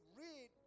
read